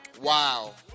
Wow